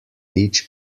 each